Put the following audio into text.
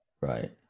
Right